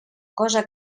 cosa